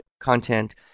content